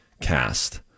cast